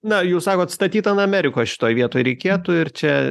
na jūs sakot statyt ant amerikos šitoj vietoj reikėtų ir čia